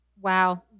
Wow